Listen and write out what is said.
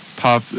pop